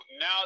now